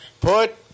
Put